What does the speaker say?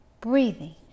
breathing